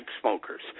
smokers